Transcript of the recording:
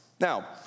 Now